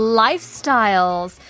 lifestyles